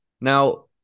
now